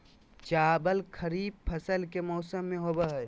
चावल खरीफ फसल के मौसम में होबो हइ